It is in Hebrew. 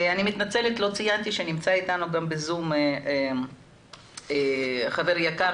לא ציינתי שנמצא איתנו גם בזום חבר יקר